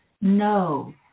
No